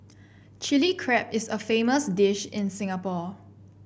Chilli Crab is a famous dish in Singapore